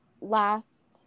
last